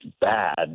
bad